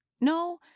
No